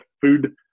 food